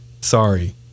Sorry